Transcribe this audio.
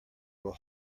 will